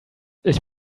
ich